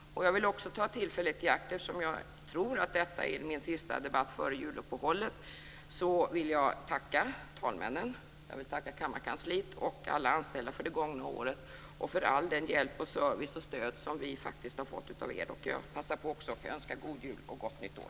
Eftersom jag tror att detta är min sista debatt före juluppehållet vill jag passa på tillfället att tacka talmännen, kammarkansliet och alla anställda för det gångna året och för all den hjälp, service och stöd som vi har fått av er. Jag passar också på att önska god jul och gott nytt år.